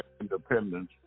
independence